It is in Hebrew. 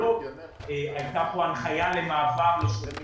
הייתה כאן הנחיה למעבר ל-...